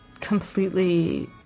completely